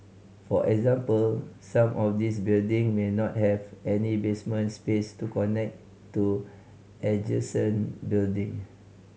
for example some of these buildings may not have any basement space to connect to adjacent buildings